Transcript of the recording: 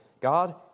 God